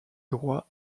droit